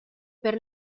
per